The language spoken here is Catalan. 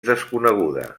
desconeguda